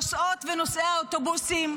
נוסעות ונוסעי האוטובוסים,